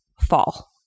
fall